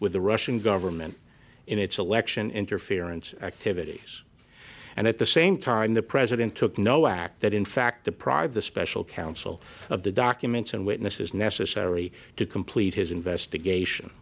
with the russian government in its election interference activities and at the same time the president took no act that in fact the prize the special counsel of the documents and witnesses necessary to complete his investigation